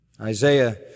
Isaiah